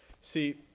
See